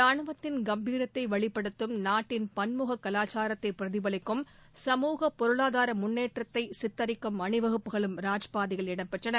ரானுவத்தின் கம்பீரத்தை வெளிப்படுத்தும் நாட்டின் பன்முக கலாச்சாரத்தை பிரதிபலிக்கும் சமூக பொருளாதார முன்னேற்றத்தை சித்தரிக்கும் அணிவகுப்புகளும் ராஜபாதையில் இடம்பெற்றன